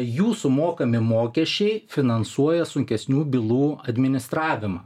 jų sumokami mokesčiai finansuoja sunkesnių bylų administravimą